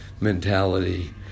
mentality